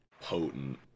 potent